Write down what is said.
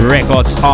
Records